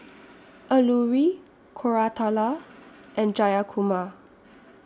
Alluri Koratala and Jayakumar